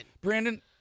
Brandon